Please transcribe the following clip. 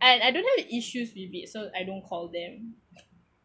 I I don't have a issues with it so I don't call them